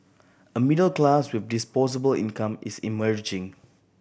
a middle class with disposable income is emerging